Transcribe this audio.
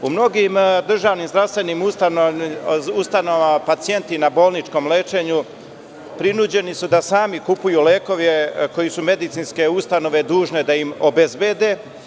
U mnogim državnim zdravstvenim ustanovama pacijenti na bolničkom lečenju prinuđeni su da sami kupuju lekove, koji su medicinske ustanove dužne da im obezbede.